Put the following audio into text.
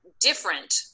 different